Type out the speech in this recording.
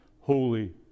holy